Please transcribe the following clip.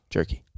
Jerky